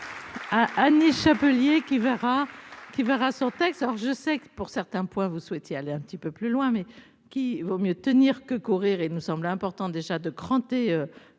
Annie Chapelier, qui verra. Qui verra son texte, alors je sais que pour certains points, vous souhaitez aller un petit peu plus loin mais qu'il vaut mieux tenir que courir et il nous semblait important, déjà 2 cranté